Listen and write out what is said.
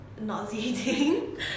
nauseating